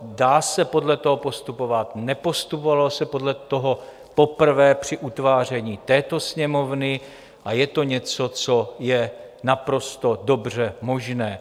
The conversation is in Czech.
Dá se podle toho postupovat, nepostupovalo se podle toho poprvé při utváření této Sněmovny a je to něco, co je naprosto dobře možné.